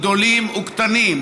גדולים וקטנים,